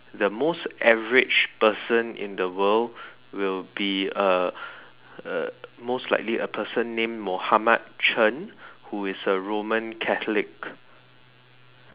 the most average person in the world will be a a most likely a person names Mohammad-Chen who is a roman catholic